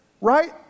right